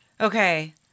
Okay